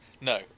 No